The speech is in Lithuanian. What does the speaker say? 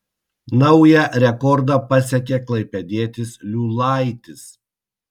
naują rekordą pasiekė klaipėdietis liulaitis